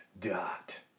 dot